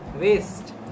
Waste